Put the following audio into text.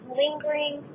lingering